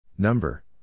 Number